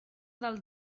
del